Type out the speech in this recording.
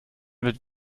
wird